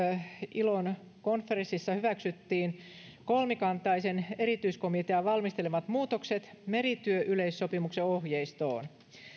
ilon konferenssissa hyväksyttiin kolmikantaisen erityiskomitean valmistelemat muutokset merityöyleissopimuksen ohjeistoon